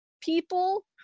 people